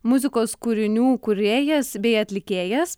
muzikos kūrinių kūrėjas bei atlikėjas